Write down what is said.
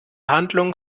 handlung